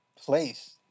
place